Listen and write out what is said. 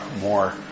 more